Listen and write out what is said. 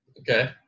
Okay